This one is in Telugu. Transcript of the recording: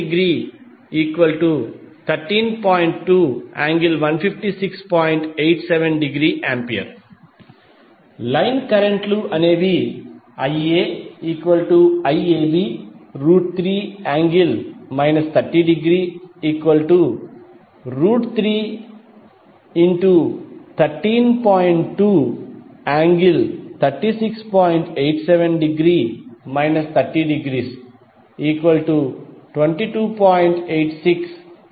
87°A లైన్ కరెంట్ లు అనేవి IaIAB3∠ 30°313